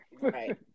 Right